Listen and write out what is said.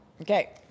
Okay